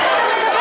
איך אתה מדבר,